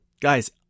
guys